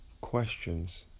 questions